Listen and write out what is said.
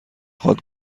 خواد